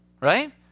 right